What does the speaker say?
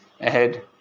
ahead